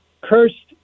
cursed